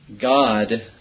God